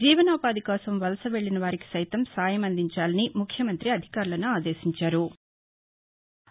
జీవనోపాధి కోసం వలసవెళ్లిన వారికి సైతం సాయం అందించాలని ముఖ్యమంత్రి అధికారులను ఆదేశించారు